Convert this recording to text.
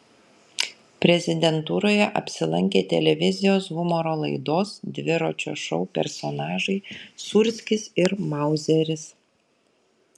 prezidentūroje apsilankė televizijos humoro laidos dviračio šou personažai sūrskis ir mauzeris